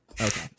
Okay